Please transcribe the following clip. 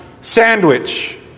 sandwich